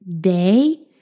day